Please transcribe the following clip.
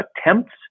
attempts